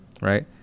right